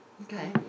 Okay